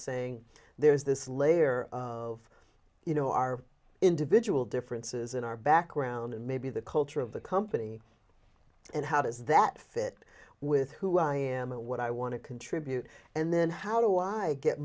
saying there is this layer of you know our individual differences in our background and maybe the culture of the company and how does that fit with who i am and what i want to contribute and then how do i get